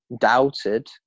doubted